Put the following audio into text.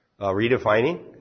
redefining